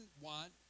want